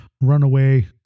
runaway